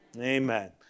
Amen